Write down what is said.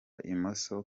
imoso